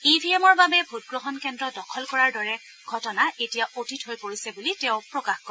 ই ভি এমৰ বাবে ভোটগ্ৰহণ কেন্দ্ৰ দখল কৰাৰ দৰে ঘটনা এতিয়া অতীত হৈ পৰিছে বুলি তেওঁ প্ৰকাশ কৰে